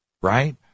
right